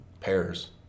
pairs